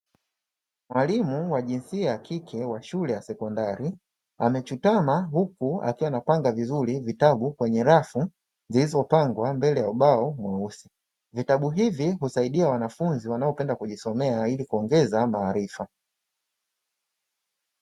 Mwalimu wa jinsia ya kike wa shule ya sekondari amechutama huku akiwa anapanga vizuri vitabu kwenye rafu zilizopangwa mbele ya ubao mweusi, vitabu hivi husaidia wanafunzi wanaopenda kujisomea ili kuongeza maarifa.